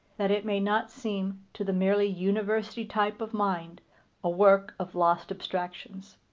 that it may not seem to the merely university type of mind a work of lost abstractions.